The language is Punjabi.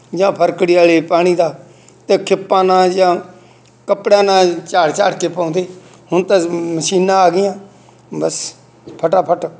ਜਾਂ ਫਟਕੜੀ ਵਾਲੇ ਪਾਣੀ ਦਾ ਅਤੇ ਖਿੱਪਾਂ ਨਾਲ ਜਾਂ ਕੱਪੜਿਆਂ ਨਾਲ ਝਾੜ ਝਾੜ ਕੇ ਪਾਉਂਦੇ ਹੁਣ ਤਾਂ ਮਸ਼ੀਨਾਂ ਆ ਗਈਆਂ ਬਸ ਫਟਾਫਟ